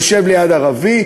יושב ליד ערבי,